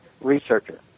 researcher